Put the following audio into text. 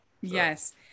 yes